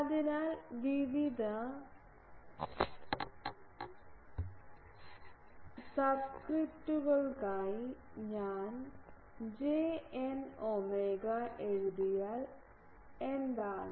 അതിനാൽ വിവിധ സബ്സ്ക്രിപ്റ്റുകൾക്കായി ഞാൻ Jn ഒമേഗ എഴുതിയാൽ എന്താണ്